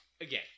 again